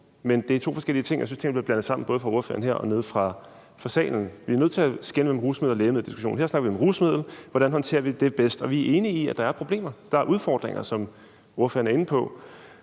men det er to forskellige ting, og jeg synes, at tingene bliver blandet sammen, både af ordføreren her og nede fra salen af. Vi er nødt til at skelne mellem rusmiddeldiskussionen og lægemiddeldiskussionen. Her snakker vi om rusmidler, og hvordan vi håndterer det bedst. Vi er enige i, at der er problemer, at der er udfordringer, som ordføreren er inde på.